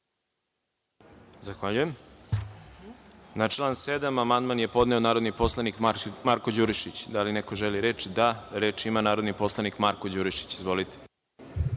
Zahvaljujem. Na član 7. amandman je podneo narodni poslanik Marko Đurišić. Da li neko želi reč? (Da)Reč ima narodni poslanik Marko Đurišić. Izvolite.